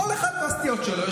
כל אחד והסטיות שלו.